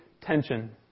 tension